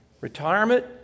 retirement